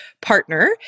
partner